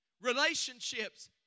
Relationships